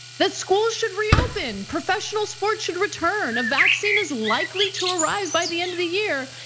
that schools should reopen, professional sports should return, a vaccine is likely to arrive by the end of the year,